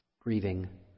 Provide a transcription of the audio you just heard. Grieving